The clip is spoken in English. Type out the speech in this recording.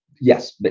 Yes